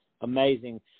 amazing